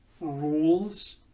rules